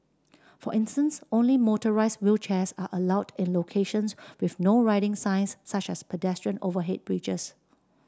for instance only motorised wheelchairs are allowed in locations with No Riding signs such as pedestrian overhead bridges